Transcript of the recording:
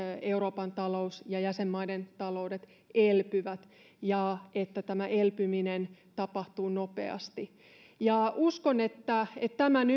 euroopan talous ja jäsenmaiden taloudet elpyvät ja että tämä elpyminen tapahtuu nopeasti uskon että tämän